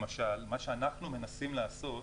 למשל: מה שאנחנו מנסים לעשות,